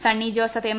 Sunny Joseph M